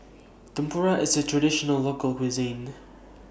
Tempura IS A Traditional Local Cuisine